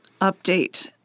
Update